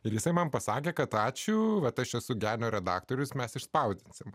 ir jisai man pasakė kad ačiū vat aš esu genio redaktorius mes išspausdinsime